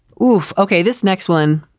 woof. ok. this next one.